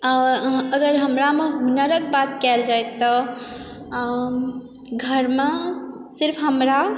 आओर अगर हमरामे हुनरके बात कयल जाइ तऽ घरमे सिर्फ हमरा